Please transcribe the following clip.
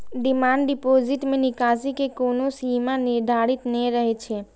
demand deposit मे निकासी के कोनो सीमा निर्धारित नै रहै छै